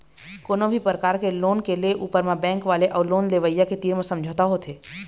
कोनो भी परकार के लोन के ले ऊपर म बेंक वाले अउ लोन लेवइया के तीर म समझौता होथे